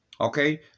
Okay